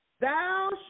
Thou